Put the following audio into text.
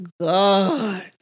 God